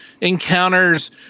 encounters